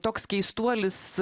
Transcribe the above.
toks keistuolis